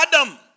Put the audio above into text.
Adam